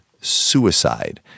suicide